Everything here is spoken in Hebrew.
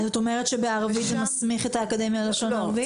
אז את אומרת שבערבית זה מסמיך את האקדמיה ללשון ערבית?